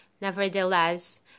Nevertheless